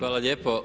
Hvala lijepo.